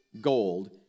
gold